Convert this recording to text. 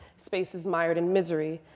spaces mired in misery,